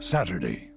Saturday